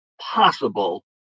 possible